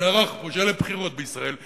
שנערך כמו של הבחירות בישראל,